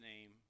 name